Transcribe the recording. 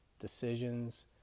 decisions